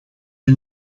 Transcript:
ils